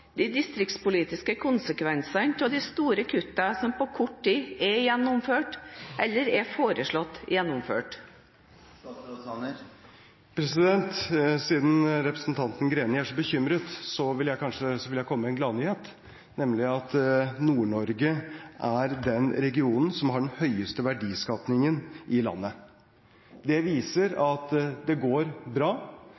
de distriktspolitiske konsekvensene av de store kuttene som på kort tid er gjennomført, eller er foreslått gjennomført? Siden representanten Greni er så bekymret, vil jeg komme med en gladnyhet, nemlig at Nord-Norge er den regionen som har den høyeste verdiskapningen i landet. Det viser